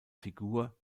figur